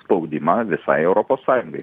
spaudimą visai europos sąjungai